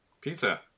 Pizza